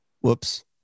Whoops